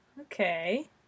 Okay